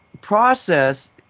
process